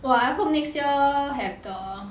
!wah! I hope next year have the